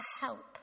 help